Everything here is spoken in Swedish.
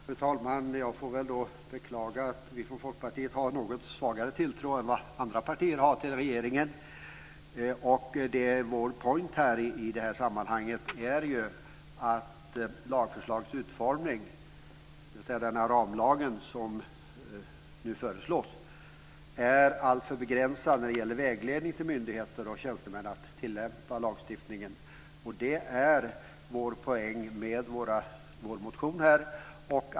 Fru talman! Jag får beklaga att vi från Folkpartiet har en något svagare tilltro till regeringen än vad andra partier har. Vår point i det här sammanhanget är ju att den ramlag som nu föreslås är alltför begränsad i fråga om vägledning till myndigheter och tjänstemän när det gäller att tillämpa lagstiftningen. Det är vår poäng med vår motion.